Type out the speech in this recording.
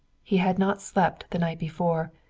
he had not slept the night before,